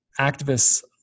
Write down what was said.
activists